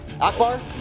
Akbar